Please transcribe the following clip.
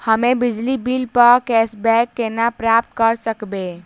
हम्मे बिजली बिल प कैशबैक केना प्राप्त करऽ सकबै?